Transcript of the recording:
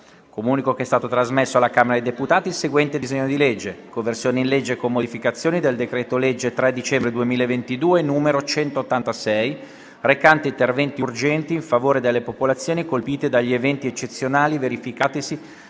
Comunico che è stato trasmesso dalla Camera dei deputati il seguente disegno di legge: «Conversione in legge, con modificazioni, del decreto-legge 3 dicembre 2022, n. 186, recante interventi urgenti in favore delle popolazioni colpite dagli eventi eccezionali verificatisi